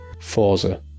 Forza